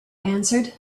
answered